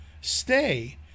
Stay